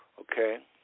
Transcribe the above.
Okay